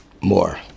more